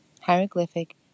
hieroglyphic